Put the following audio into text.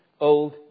old